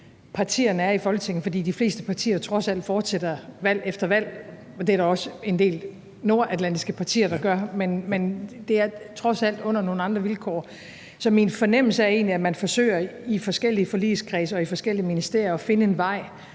partierne er i Folketinget, fordi de fleste partier trods alt fortsætter valg efter valg. Det er der også en del nordatlantiske partier, der gør, men det er trods alt under nogle andre vilkår. Så min fornemmelse er egentlig, at man forsøger i forskellige forligskredse og i forskellige ministerier at finde en vej,